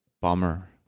Bummer